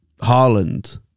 Haaland